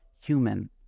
human